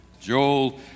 Joel